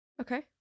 Okay